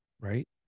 right